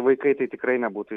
vaikai tai tikrai nebūtų